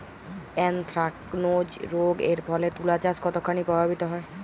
Anthracnose রোগ এর ফলে তুলাচাষ কতখানি প্রভাবিত হয়?